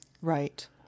right